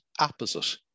opposite